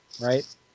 right